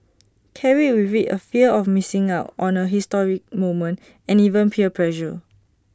carried with IT A fear of missing out on A historic moment and even peer pressure